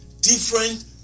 different